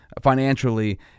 financially